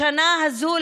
בשנה הזאת,